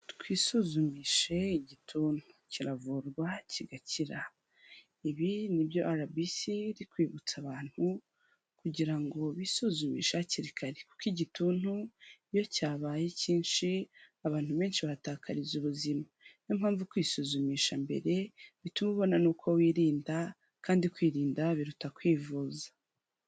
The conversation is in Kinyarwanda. Twisuzumishe igituntu kiravurwa kigakira ibi nibyo Arabisi iri kwibutsa abantu kugira ngo bisuzumisha hakiri kare kuko igituntu iyo cyabaye cyinshi abantu benshi bahatakariza ubuzima. Niyo mpamvu kwisuzumisha mbere bituma ubona n'uko wirinda kandi kwirinda biruta kwivuza.